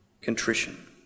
contrition